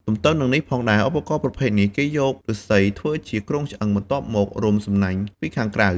ទន្ទឹមនឹងនេះផងដែរ ឧបករណ៍ប្រភេទនេះ គេយកឫស្សីធ្វើជាគ្រោងឆ្អឹង បន្ទាប់មករុំសំណាញ់ពីខាងក្រៅ។